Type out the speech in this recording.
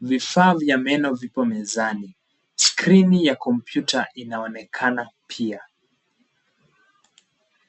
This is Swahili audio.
Vifaa vya meno vipo mezani. Skrini ya kompyuta inaonekana pia.